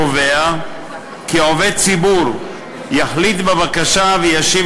קובע כי עובד ציבור יחליט בבקשה וישיב